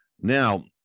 now